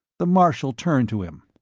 the marshal turned to him.